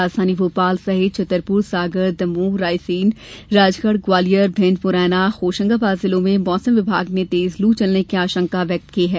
राजधानी भोपाल सहित छतरपुर सागर दमोह रायसेन राजगढ ग्वालियर भिंड मुरैना सहित होशंगाबाद जिले में मौसम विभाग ने तेज लू चलने की आशंका व्यक्त की है